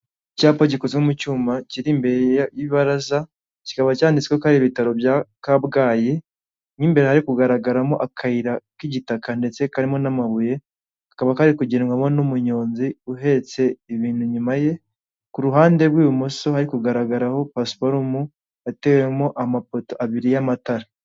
Icyapa gikozwe mu cyuma kiri imbere y'i ibaraza, kikaba cyanditswe ko hari ibitaro bya kabgayi mo imbere hari kugaragaramo akayira k'igitaka ndetse karimo n'amabuye, kakaba kari kugendwamo n'umunyonzi uhetse ibintu inyuma ye, ku ruhande rw'ibumoso hari kugaragaraho pasiparumu yatewemo amapoto abiri y'amatara.